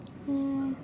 mm